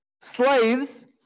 Slaves